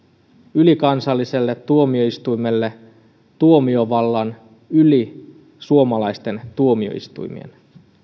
ylikansalliselle tuomioistuimelle tuomiovallan yli suomalaisten tuomioistuimien